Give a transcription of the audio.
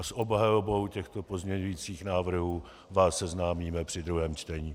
S obhajobou těchto pozměňujících návrhů vás seznámíme při druhém čtení.